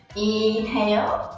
inhale,